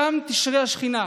שם תשרה השכינה.